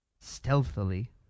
Stealthily